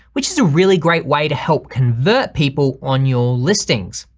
which is a really great way to help convert people on your listings.